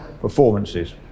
performances